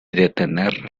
detener